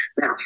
Now